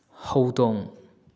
ꯍꯧꯗꯣꯡ